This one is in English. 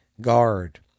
guard